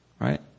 Right